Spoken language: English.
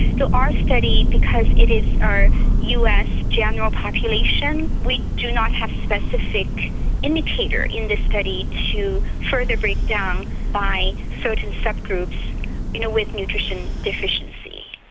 our study, because it is our us general population, we do not have specific imitator in this study to further breakdown by certain subgroups you know with nutrition deficiency.